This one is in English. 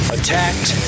Attacked